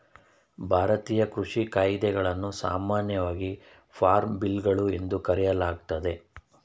ಭಾರತೀಯ ಕೃಷಿ ಕಾಯಿದೆಗಳನ್ನು ಸಾಮಾನ್ಯವಾಗಿ ಫಾರ್ಮ್ ಬಿಲ್ಗಳು ಎಂದು ಕರೆಯಲಾಗ್ತದೆ